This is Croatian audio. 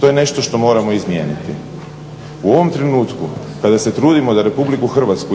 To je nešto što moramo izmijeniti. U ovom trenutku kada se trudimo da RH